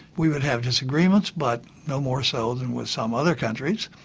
we would have disagreements but no more so than with some other countries.